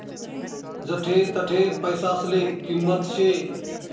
जठे तठे पैसासले किंमत शे